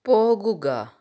പോകുക